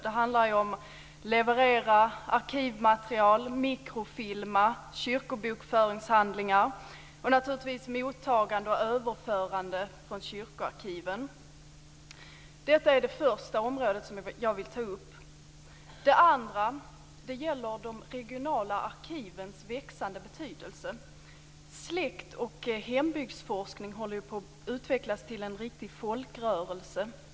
Det handlar om att leverera arkivmaterial, mikrofilmer, kyrkobokföringshandlingar och naturligtvis mottagande och överförande från kyrkoarkiven. Detta är det första området som jag vill ta upp. Det andra området gäller de regionala arkivens växande betydelse. Släkt och hembygdsforskning håller på att utvecklas till en riktig folkrörelse.